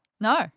No